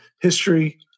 history